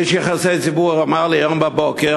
איש יחסי ציבור אמר לי היום בבוקר,